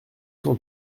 cent